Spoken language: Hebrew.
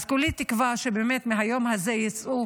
אז כולי תקווה שבאמת מהיום הזה יצאו